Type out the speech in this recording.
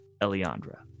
Eliandra